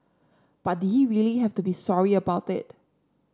but did he really have to be sorry about it